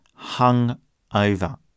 hungover